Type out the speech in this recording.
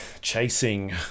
chasing